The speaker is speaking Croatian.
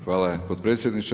Hvala potpredsjedniče.